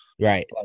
Right